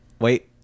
Wait